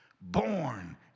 born